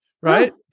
right